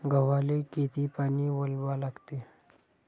गव्हाले किती पानी वलवा लागते?